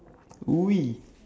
oui